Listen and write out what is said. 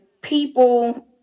people